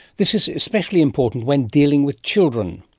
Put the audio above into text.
this is especially important when dealing with children.